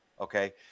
Okay